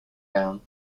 gown